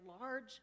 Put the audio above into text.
large